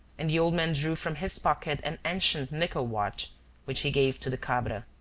and the old man drew from his pocket an ancient nickel watch which he gave to the cabra.